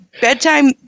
bedtime